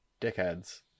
dickheads